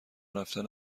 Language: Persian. رفتن